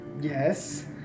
Yes